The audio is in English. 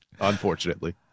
unfortunately